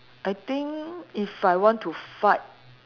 I think if I want to fight